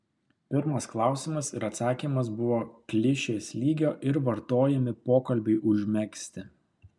pirmas klausimas ir atsakymas buvo klišės lygio ir vartojami pokalbiui užmegzti